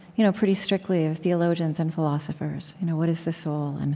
you know pretty strictly, of theologians and philosophers what is the soul? and